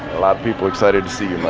lot of people excited to see you, my